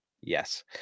yes